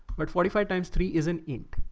but forty five times three is an ink.